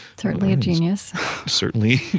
certainly a genius certainly,